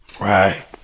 Right